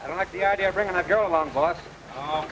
i don't like the idea of bringing a girl